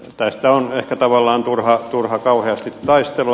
tästä on ehkä tavallaan turha kauheasti taistella